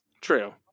True